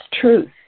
truth